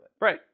Right